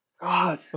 god